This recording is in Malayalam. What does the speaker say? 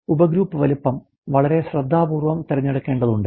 ഉപഗ്രൂപ്പ് വലുപ്പം വളരെ ശ്രദ്ധാപൂർവ്വം തിരഞ്ഞെടുക്കേണ്ടതുണ്ട്